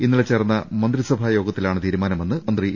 ഇന്നലെ ചേർന്ന മന്ത്രിസഭാ യോഗത്തിലാണ് തീരുമാനമെന്ന് മന്ത്രി ഇ